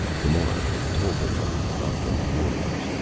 camar had told him of these upland warriors.